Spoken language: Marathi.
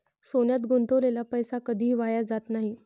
सोन्यात गुंतवलेला पैसा कधीही वाया जात नाही